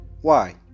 Why